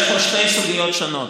יש פה שתי סוגיות שונות,